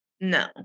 No